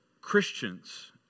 Christians